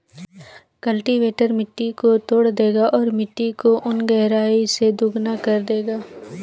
cultivator मिट्टी को तोड़ देगा और मिट्टी को उन गहराई से दोगुना कर देगा